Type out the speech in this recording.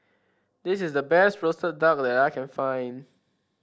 this is the best roasted duck that I can find